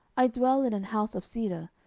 i dwell in an house of cedar,